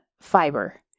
fiber